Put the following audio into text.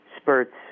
spurts